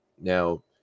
Now